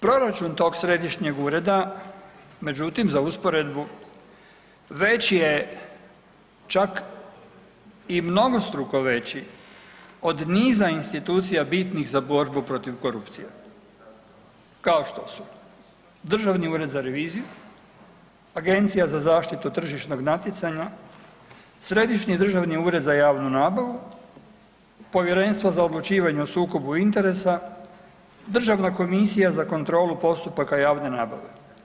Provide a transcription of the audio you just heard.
Proračun tog središnjeg ureda međutim za usporedbu veći je čak i mnogostruko veći od niza institucija bitnih za borbu protiv korupcije kao što su Državni ured za reviziju, Agencija za zaštitu tržišnog natjecanja, Središnji državni ured za javnu nabavu, Povjerenstvo za odlučivenje o sukobu interesa, Državna komisija za kontrolu postupaka javne nabave.